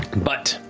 but